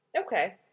Okay